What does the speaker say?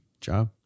job